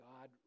God